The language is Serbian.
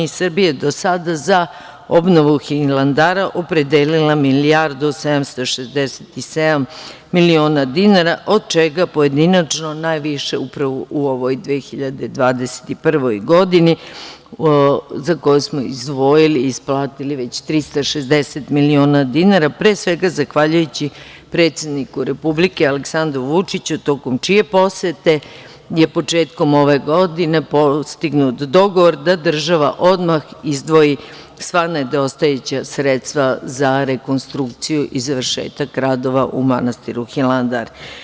Srbija je do sada za obnovu Hilandara opredelila milijardu i 767 miliona dinara od čega pojedinačno najviše, upravo u ovoj 2021. godini, za koje smo izdvojili i isplatili već 360 miliona dinara pre svega zahvaljujući predsedniku Republike Aleksandru Vučiću, tokom čije posete je početkom ove godine postignut dogovor da država odmah izdvoji sva nedostajuća sredstva za rekonstrukciju i završetak radova u manastiru Hilandar.